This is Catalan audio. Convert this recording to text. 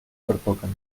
pertoquen